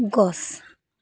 গছ